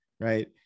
right